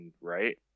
right